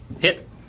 Hit